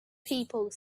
people